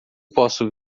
posso